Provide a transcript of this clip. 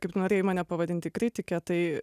kaip norėjai mane pavadinti kritike tai